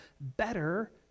better